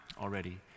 already